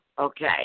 Okay